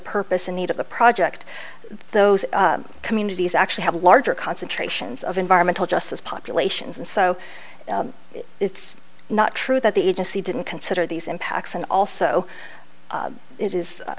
purpose and need of the project those communities actually have larger concentrations of environmental justice populations and so it's not true that the agency didn't consider these impacts and also it is